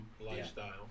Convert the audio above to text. lifestyle